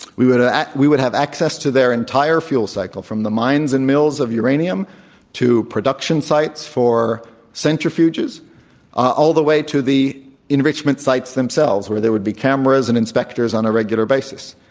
we would ah we would have access to their entire fuel cycle from the mines and mills of uranium to production sites for centrifuges all the way to the enrichment sites themselves where there would be cameras and inspectors on a regular basis.